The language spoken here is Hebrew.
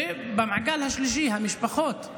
ובמעגל השלישי, המשפחות,